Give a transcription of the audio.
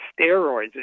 steroids